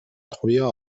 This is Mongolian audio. туяа